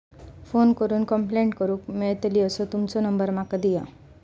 Phone करून complaint करूक मेलतली असो तुमचो नंबर माका दिया?